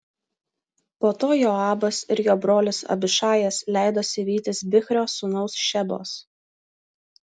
po to joabas ir jo brolis abišajas leidosi vytis bichrio sūnaus šebos